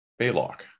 Baylock